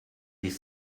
des